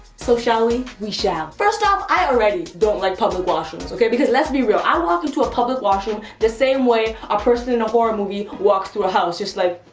so, shall we? we shall. first off, i already don't like public washrooms, okay. because let's be real, i walk into a public washroom the same way a person in a horror movie walks through a house, just like